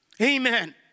Amen